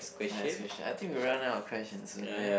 next question I think we run out of question soon ya